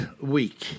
week